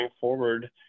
forward